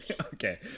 okay